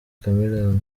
chameleone